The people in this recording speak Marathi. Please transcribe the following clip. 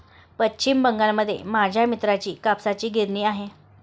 पश्चिम बंगालमध्ये माझ्या मित्राची कापसाची गिरणी आहे